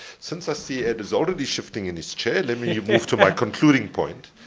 since i see ed is already shifting in his chair, let me move to my concluding point.